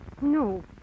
No